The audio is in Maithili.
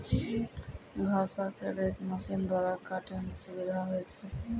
घासो क रेक मसीन द्वारा काटै म सुविधा होय छै